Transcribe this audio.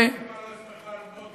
אין אימא ששמחה על מות בנה,